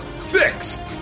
Six